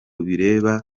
bireba